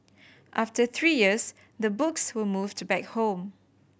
after three years the books were moved back home